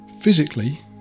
Physically